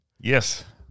Yes